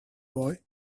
boy